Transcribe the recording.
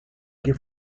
que